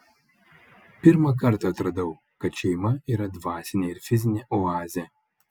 pirmą kartą atradau kad šeima yra dvasinė ir fizinė oazė